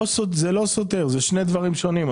זה לא סותר, אלה שני דברים שונים.